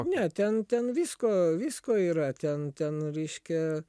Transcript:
ne ten ten visko visko yra ten ten reiškia